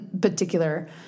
particular